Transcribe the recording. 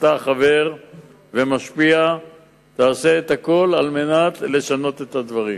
אתה חבר ומשפיע תעשה הכול על מנת לשנות את הדברים.